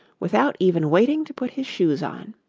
without even waiting to put his shoes on.